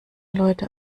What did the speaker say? leute